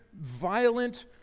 violent